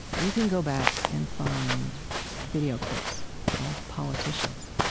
you can go back and find video clips of politicians,